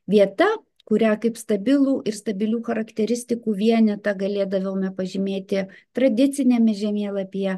vieta kurią kaip stabilų ir stabilių charakteristikų vienetą galėdavome pažymėti tradiciniame žemėlapyje